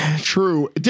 True